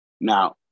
Now